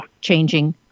changing